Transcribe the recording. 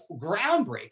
groundbreaking